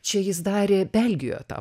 čia jis darė belgijoj tą